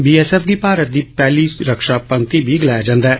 बी S F गी भारत दी पहली रक्षा पंक्ति बी गलाया जंदा ऐ